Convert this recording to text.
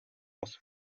was